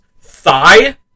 thigh